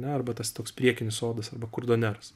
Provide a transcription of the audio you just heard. ne arba tas toks priekinis sodas arba kurdoneras